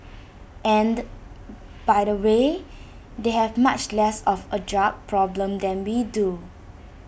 and by the way they have much less of A drug problem than we do